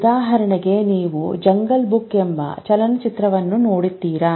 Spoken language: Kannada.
ಉದಾಹರಣೆಗೆ ನೀವು "ಜಂಗಲ್ ಬುಕ್" ಎಂಬ ಚಲನಚಿತ್ರವನ್ನು ನೋಡುತ್ತೀರಿ